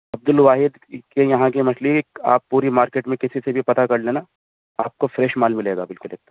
عبد الواحد کے یہاں کی مچھلی آپ پوری مارکیٹ میں کسی سے بھی پتہ کر لینا آپ کو فریش مال ملے گا بالکل ایک دم